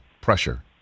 pressure